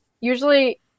usually